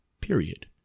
period